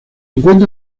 encuentra